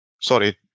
Sorry